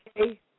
Okay